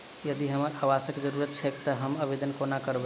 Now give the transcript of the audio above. यदि हमरा आवासक जरुरत छैक तऽ हम आवेदन कोना करबै?